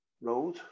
Road